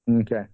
Okay